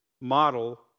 model